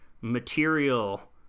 material